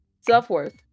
Self-worth